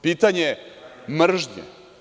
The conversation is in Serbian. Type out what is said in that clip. Pitanje mržnje.